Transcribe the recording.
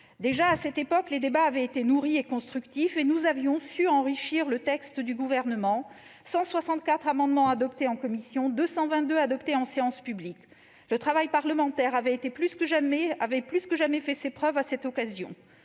Déjà, à cette époque, les débats avaient été nourris et constructifs, et nous avions su enrichir le texte du Gouvernement : 164 amendements avaient ainsi été adoptés en commission et 222 en séance publique. Le travail parlementaire avait plus que jamais fait ses preuves à cette occasion.